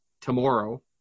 tomorrow